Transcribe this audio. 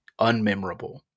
unmemorable